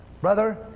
Brother